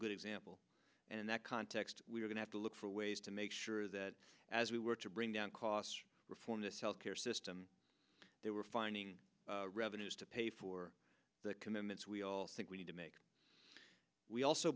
good example and that context we're going have to look for ways to make sure that as we work to bring down cost reform this health care system that we're finding revenues to pay for the commitments we all think we need to make we also